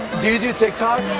do you do tik tok?